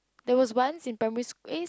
there was once in Primary sch~ eh